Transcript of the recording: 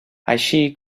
així